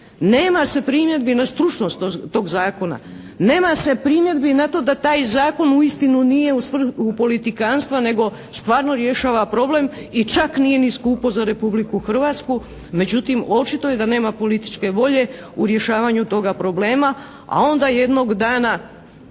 nema se primjedbi na stručnost tog zakona, nema se primjedbi na to da taj zakon uistinu nije u svrhu politikanstva nego stvarno rješava problem i čak nije ni skupo za Republiku Hrvatsku. Međutim, očito je da nema političke volje u rješavanju toga problema a onda jednog dana